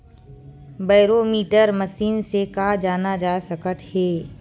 Barometer machine से का जाना जा सकत हे?